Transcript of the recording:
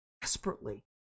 desperately